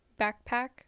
backpack